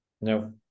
no